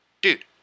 dude